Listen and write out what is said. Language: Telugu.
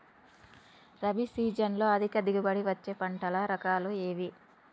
రబీ సీజన్లో అధిక దిగుబడి వచ్చే పంటల రకాలు ఏవి?